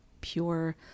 pure